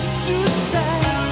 suicide